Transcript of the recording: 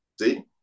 See